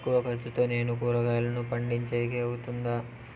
తక్కువ ఖర్చుతో నేను కూరగాయలను పండించేకి అవుతుందా?